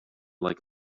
like